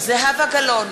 זהבה גלאון,